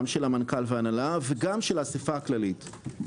גם של המנכ"ל וההנהלה וגם של האסיפה הכללית.